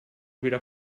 wieder